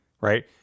right